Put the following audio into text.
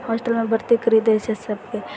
होस्टलमे भर्ती करि दै छै सबके